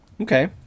okay